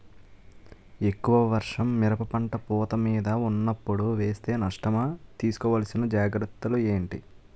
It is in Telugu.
ఎక్కువ వర్షం మిరప పంట పూత మీద వున్నపుడు వేస్తే నష్టమా? తీస్కో వలసిన జాగ్రత్తలు ఏంటి?